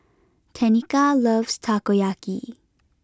Tenika loves Takoyaki